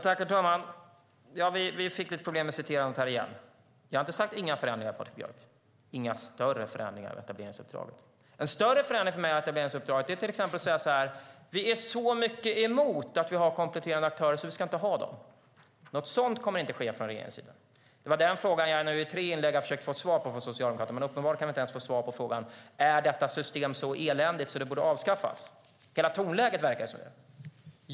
Herr talman! Vi fick lite problem med citerandet igen. Jag har inte talat om inga förändringar, Patrik Björck, utan jag talade om inga större förändringar av etableringsuppdraget. En större förändring av etableringsuppdraget är för mig till exempel att säga: Vi är så mycket emot att vi har kompletterande aktörer att vi inte ska ha sådana. Men något sådant kommer inte att ske från regeringens sida. Det var den frågan som jag nu i tre inlägg har försökt få svar på från Socialdemokraterna. Men uppenbarligen kan vi inte ens få svar på frågan om detta system är så eländigt att det borde avskaffas. På tonläget verkar det ju som det.